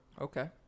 Okay